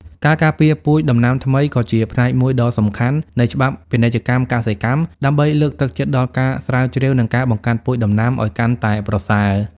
ការការពារពូជដំណាំថ្មី ក៏ជាផ្នែកមួយដ៏សំខាន់នៃច្បាប់ពាណិជ្ជកម្មកសិកម្ម ដើម្បីលើកទឹកចិត្តដល់ការស្រាវជ្រាវ និងការបង្កាត់ពូជដំណាំឱ្យកាន់តែប្រសើរ។